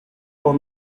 with